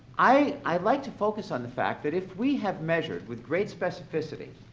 i'd like to focus on the fact that if we have measured with great specificity,